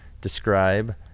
describe